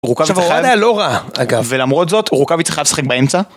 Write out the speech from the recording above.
עכשיו אוראל היה לא רע, אבל למרות זאת אורכבי צריך חייב לשחק באמצע